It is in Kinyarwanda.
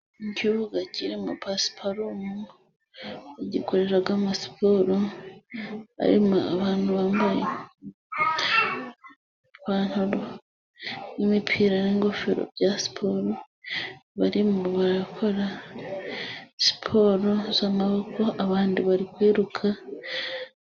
Ikibuga kirimo pasiparumu, bagikoreramo siporo, harimo abantu bambaye ipantaro n'imipira n'ingofero bya siporo barimo bakora siporo z'amaboko abandi bari kwiruka.